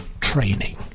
training